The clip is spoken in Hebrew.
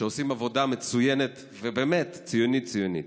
שעושים עבודה מצוינת ובאמת ציונית ציונית.